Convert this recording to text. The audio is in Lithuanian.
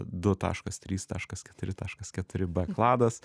du taškas trys taškas keturi taškas keturi b kladas